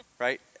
right